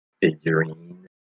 figurine